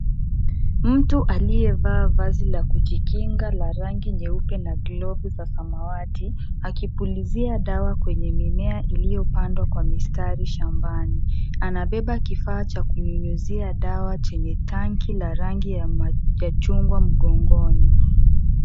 Mtu aliyevaa vazi la kujikinga la rangi nyeupe na glovu za samawati akipulizia dawa kwenye mimea iliyopandwa Kwa mstari shambani anabeba kifaa cha kunyunyuzia dawa chenye tankinya rangi ya chungwa mkongoni.